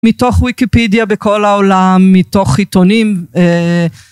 מתוך וויקיפדיה בכל העולם, מתוך עיתונים.